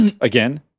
again